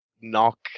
knock